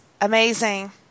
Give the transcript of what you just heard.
amazing